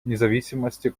независимости